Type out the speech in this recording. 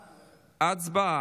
הצבעה.